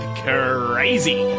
crazy